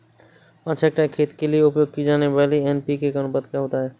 पाँच हेक्टेयर खेत के लिए उपयोग की जाने वाली एन.पी.के का अनुपात क्या होता है?